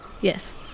Yes